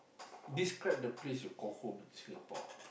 describe the place you call home is Singapore